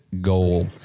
goal